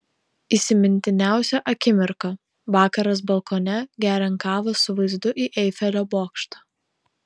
įsimintiniausia akimirka vakaras balkone geriant kavą su vaizdu į eifelio bokštą